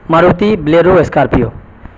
Maruti Bolero Scorpio